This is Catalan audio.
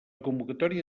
convocatòria